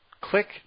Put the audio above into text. Click